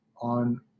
on